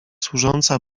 służąca